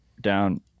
down